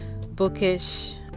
bookish